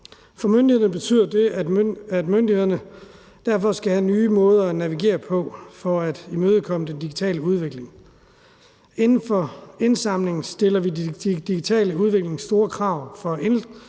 For myndighederne betyder det, at de derfor skal have nye måder at navigere på for at imødekomme den digitale udvikling. Inden for indsamlinger stiller den digitale udvikling store krav til